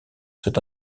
cet